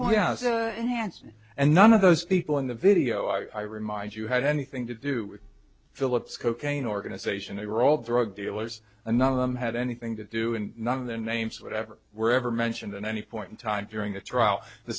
oh yeah and hanson and none of those people in the video i remind you had anything to do with phillips cocaine organization they were all drug dealers and none of them had anything to do and none of the names whatever were ever mentioned in any point in time during the trial the